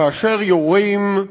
כאשר יורים,